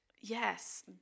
Yes